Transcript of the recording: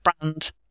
brand